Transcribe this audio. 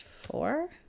four